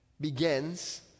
begins